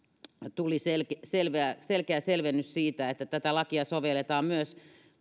tuli selkeä selkeä selvennys siitä että tätä lakia sovelletaan myös